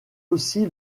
aussi